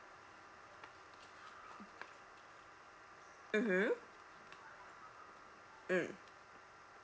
mmhmm mm